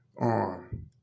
on